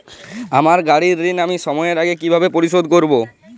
আমার গাড়ির ঋণ আমি সময়ের আগে কিভাবে পরিশোধ করবো?